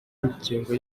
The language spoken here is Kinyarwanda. ingengo